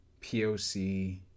POC